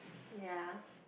ya